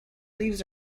leaves